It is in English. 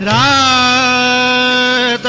aa